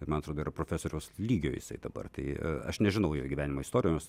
bet man atrodo yra profesoriaus lygio jisai dabar tai aš nežinau jo gyvenimo istorijos nes